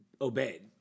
obeyed